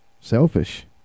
selfish